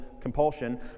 compulsion